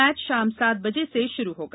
match शाम सात बजे से शुरू होगा